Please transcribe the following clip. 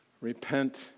Repent